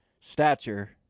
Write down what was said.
stature